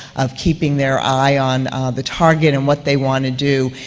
of keeping their eye on the target and what they want to do,